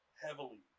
heavily